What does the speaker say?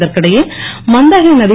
இதற்கிடையே மந்தாகினி நதி